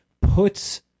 puts